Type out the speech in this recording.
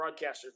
broadcasters